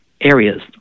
areas